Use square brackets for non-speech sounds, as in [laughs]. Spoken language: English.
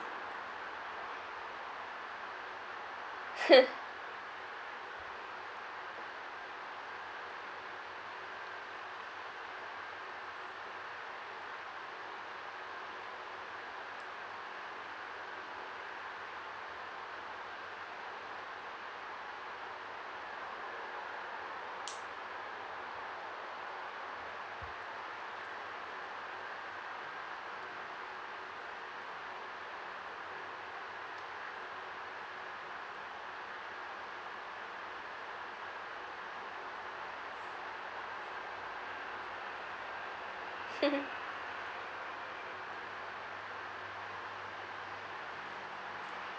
[laughs] [laughs]